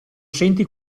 senti